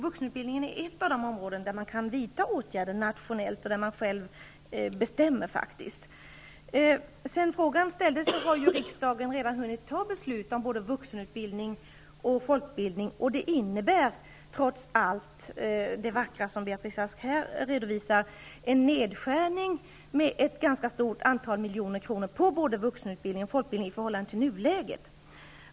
Vuxenutbildningen är ett av de områden där det går att vidta åtgärder nationellt och där var och en själv kan bestämma. Sedan frågan ställdes har riksdagen redan hunnit fatta beslut om både vuxenutbildning och folkbildning. Beslutet innebär, trots allt det vackra Beatrice Ask redovisar, en nedskärning med ett stort antal miljoner kronor för både vuxenutbildning och folkbildning i förhållande till nuläget.